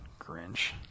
Grinch